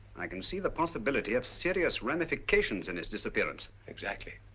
i can see the possibility of serious ramifications in his disappearance. exactly.